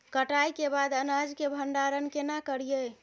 कटाई के बाद अनाज के भंडारण केना करियै?